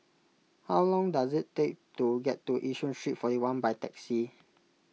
how long does it take to get to Yishun Street forty one by taxi